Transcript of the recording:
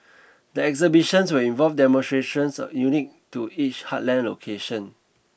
the exhibitions will involve demonstrations of unique to each heartland location